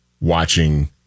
watching